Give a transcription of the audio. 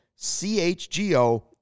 CHGO